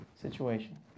situation